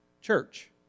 church